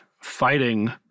fighting